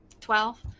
twelve